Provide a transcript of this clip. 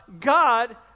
God